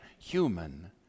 human